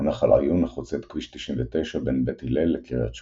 או נחל עיון החוצה את כביש 99 בין בית הלל לקריית שמונה.